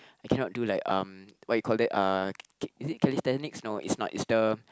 I cannot do like um what you call that uh ki~ is it Calisthenics no it's not it's the